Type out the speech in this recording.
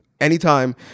Anytime